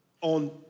on